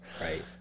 Right